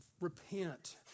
repent